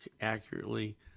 accurately